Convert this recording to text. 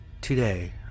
Today